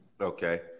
Okay